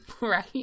Right